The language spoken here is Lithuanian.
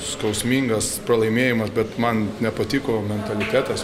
skausmingas pralaimėjimas bet man nepatiko mentalitetas